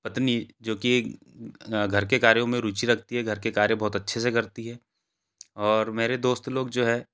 पत्नी जो कि एक घर के कार्यों में रुचि रखती है घर के कार्य बहुत अच्छे से करती है और मेरे दोस्त लोग जो हैं